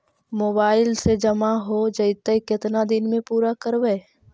Mobile से जामा हो जैतय, केतना दिन में पुरा करबैय?